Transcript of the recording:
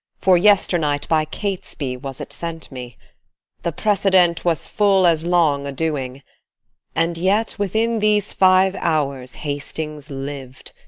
for yesternight by catesby was it sent me the precedent was full as long a-doing and yet within these five hours hastings liv'd,